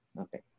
Okay